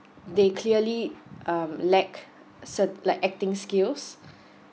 they clearly um lack se~ like acting skills